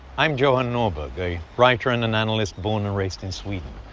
i'm johan norberg, a writer and an analyst, born and raised in sweden.